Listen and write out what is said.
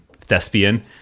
thespian